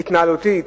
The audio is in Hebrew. התנהלותית,